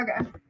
okay